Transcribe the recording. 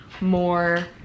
more